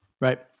Right